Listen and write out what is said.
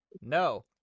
no